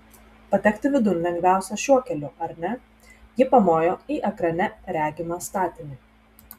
patekti vidun lengviausia šiuo keliu ar ne ji pamojo į ekrane regimą statinį